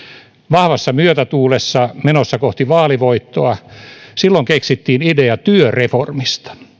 vahvassa myötätuulessa menossa kohti vaalivoittoa silloin keksittiin idea työreformista